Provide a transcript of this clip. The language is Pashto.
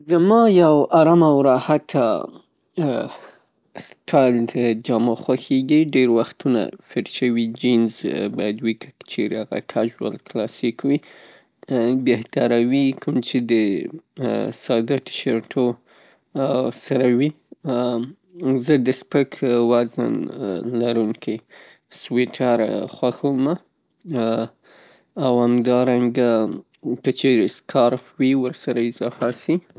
زما یو آرامه او راحته سټایل د جامو خوښیږي. ډیر وختونه فټ شوي جینزباید وی چې که چیرې هغه کژوول کلاسیک وي، بهتره وي کم چې د ساده ټی شرټو سره وي زه د سپک وزن لرونکي سویټر خوښومه او همدارنګه که چیری سکرف وي ورسره اضافه شي.